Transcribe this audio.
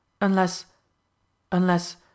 unless—unless—